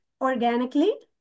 organically